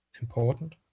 important